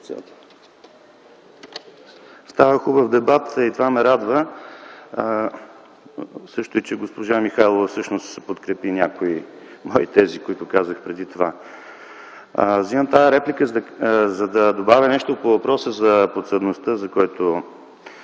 Става хубав дебат и това ме радва. Също и това, че госпожа Михайлова подкрепи някои мои тези, които казах преди това. Вземам тази реплика, за да добавя нещо по въпроса за подсъдността, за която